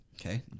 Okay